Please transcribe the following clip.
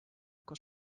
koos